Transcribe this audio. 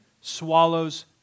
swallows